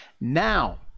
Now